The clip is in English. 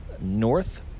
north